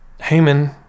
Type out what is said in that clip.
Haman